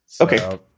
Okay